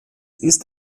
ist